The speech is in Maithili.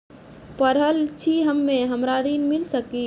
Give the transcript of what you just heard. पढल छी हम्मे हमरा ऋण मिल सकई?